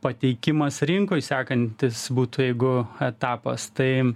pateikimas rinkoj sekantis būtų jeigu etapas tai